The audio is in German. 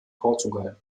portugal